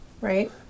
right